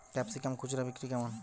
Capsicum খুচরা বিক্রি কেমন?